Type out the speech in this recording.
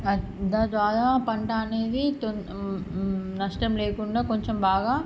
దాని ద్వారా పంట అనేది తోం నష్టం లేకుండా కొంచెం బాగా